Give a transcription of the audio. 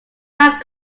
not